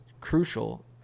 crucial